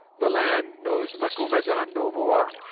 the land knows macumazahn no more.